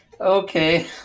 Okay